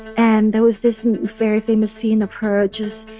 and there was this very famous scene of her just